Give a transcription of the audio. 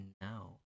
now